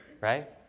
right